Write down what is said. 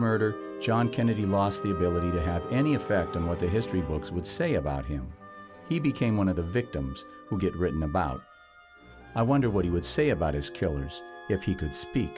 murder john kennedy lost the ability to have any effect on what the history books would say about him he became one of the victims who get written about i wonder what he would say about his killers if you could speak